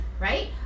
right